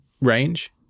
range